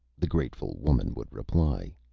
the grateful woman would reply.